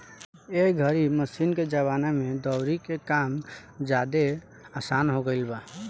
एह घरी मशीन के जमाना में दउरी के काम ज्यादे आसन हो गईल बा